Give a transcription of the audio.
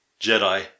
Jedi